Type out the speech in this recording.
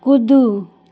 कूदू